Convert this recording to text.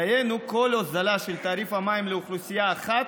דהיינו, כל הוזלה של תעריף המים לאוכלוסייה אחת,